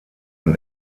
ein